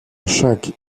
chaque